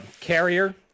carrier